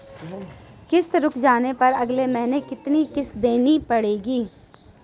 किश्त रुक जाने पर अगले माह कितनी किश्त देनी पड़ेगी?